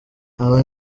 aba